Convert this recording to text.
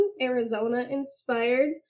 Arizona-inspired